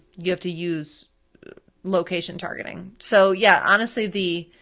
you have to use location targeting. so, yeah, honestly the